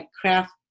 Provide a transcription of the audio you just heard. craft